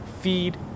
Feed